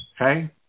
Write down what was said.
okay